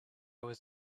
was